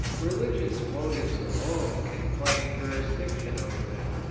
religious motives alone can claim juris diction over them.